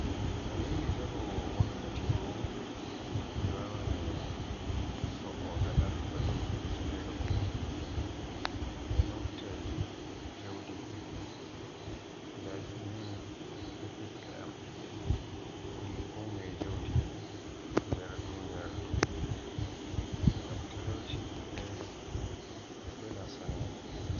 So ni mi njaahowo wakkati bo mi wawan mi Soo gada dubi ujinere goo, mi mobtay jawdi, daki min ne bibbe am buri konmoye jawdi e nder duniyaaru ndu. Ngam talauci e welo wela sanne.